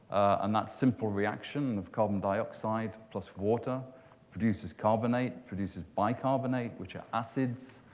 and that simple reaction of carbon dioxide plus water produces carbonate, produces bicarbonate, which are acids.